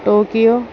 Tokyo